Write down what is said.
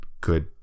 good